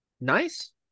Nice